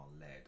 led